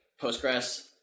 Postgres